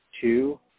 two